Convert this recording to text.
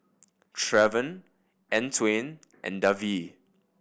Trevon Antwain and Davie